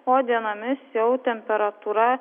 o dienomis jau temperatūra